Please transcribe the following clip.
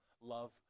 love